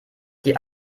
die